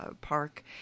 park